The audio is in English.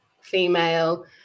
female